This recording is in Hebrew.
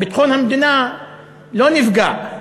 ביטחון המדינה לא נפגע.